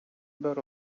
about